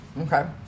Okay